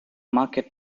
market